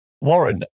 Warren